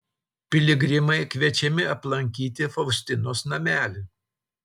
piligrimai kviečiami aplankyti faustinos namelį